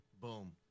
Boom